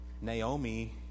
Naomi